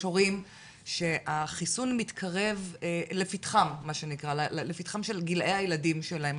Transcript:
יש הורים שהחיסון מתקרב לפתחם של גילאי הילדים שלהם.